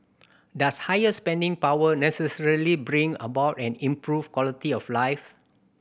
does higher spending power necessarily bring about an improved quality of life